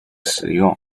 食用